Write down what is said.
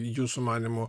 jūsų manymu